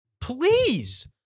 please